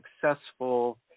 successful